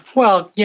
well, yeah